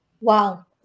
Wow